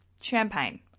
champagne